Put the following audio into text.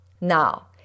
Now